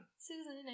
Susan